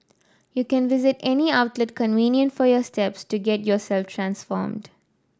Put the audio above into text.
you can visit any outlet convenient for your steps to get yourself transformed